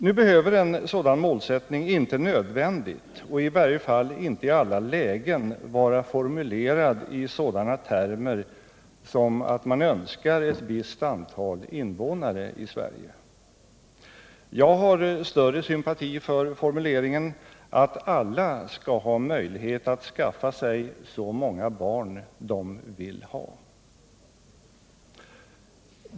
Nu behöver en sådan målsättning inte nödvändigtvis och i varje fall inte i alla lägen vara formulerad i sådana termer som att man önskar ett visst antal invånare i Sverige. Jag har större sympati för formuleringen att alla skall ha möjlighet att skaffa sig så många barn de vill ha.